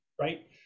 right